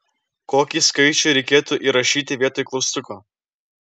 kokį skaičių reikėtų įrašyti vietoj klaustuko